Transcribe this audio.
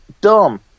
dumb